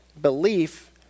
belief